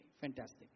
fantastic